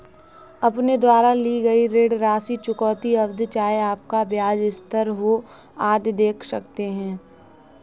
अपने द्वारा ली गई ऋण राशि, चुकौती अवधि, चाहे आपका ब्याज स्थिर हो, आदि देख सकते हैं